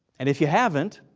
and if you haven't